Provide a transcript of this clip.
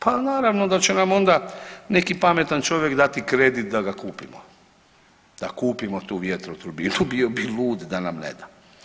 Pa naravno da će nam onda neki pametan čovjek dati kredit da ga kupimo, da kupimo tu vjetroturbinu, bio bi lud da nam ne da.